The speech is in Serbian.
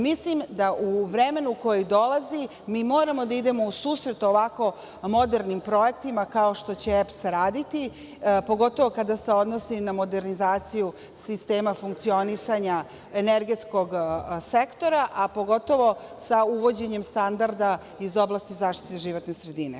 Mislim da u vremenu koje dolazi mi moramo da idemo u susret ovako modernim projektima, kao što će EPS raditi, pogotovo kada se odnosi na modernizaciju sistema funkcionisanja energetskog sektora, a pogotovo sa uvođenjem standarda iz oblasti zaštite životne sredine.